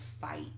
fight